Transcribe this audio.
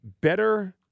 better